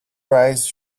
rise